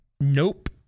Nope